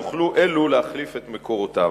יוכלו אלו להחליף את מקורותיו.